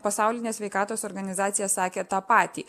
pasaulinė sveikatos organizacija sakė tą patį